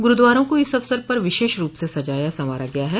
गुरूद्वारों को इस अवसर पर विशेष रूप से सजाया सवारा गया है